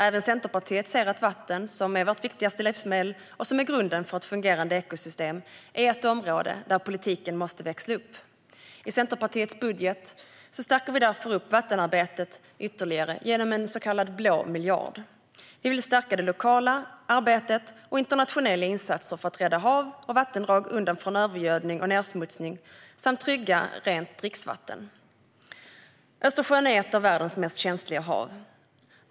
Även Centerpartiet ser att vatten, som är vårt viktigaste livsmedel och grunden för ett fungerande ekosystem, är ett område där politiken måste växla upp. I Centerpartiets budget stärker vi därför vattenarbetet ytterligare genom en så kallad blå miljard. Vi vill stärka det lokala arbetet och internationella insatser för att rädda hav och vattendrag undan övergödning och nedsmutsning samt för att trygga rent dricksvatten. Östersjön är ett av världens mest känsliga hav.